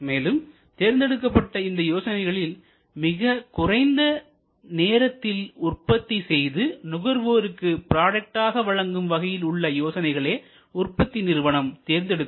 மேலும் தேர்ந்தெடுக்கப்பட்ட இந்த யோசனைகளில் மிகச் குறைந்த நேரத்தில் உற்பத்தி செய்து நுகர்வோருக்கு ப்ராடக்ட் ஆக வழங்கும் வகையில் உள்ள யோசனைகளையே உற்பத்தி நிறுவனம் தேர்ந்தெடுக்கும்